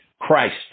Christ